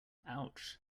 ouch